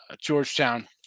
Georgetown